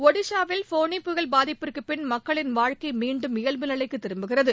ஜடிசாவில் ஃபோனி பயல் பாதிப்பிற்கு பின் மக்களின் வாழ்க்கை மீண்டும் இயல்பு நிலைக்கு திரும்புகிறது